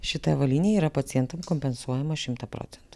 šita avalynė yra pacientam kompensuojama šimtą procentų